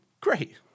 great